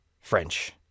French